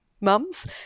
mums